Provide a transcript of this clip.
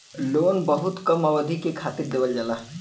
loan बहुत कम अवधि के खातिर देवल जाला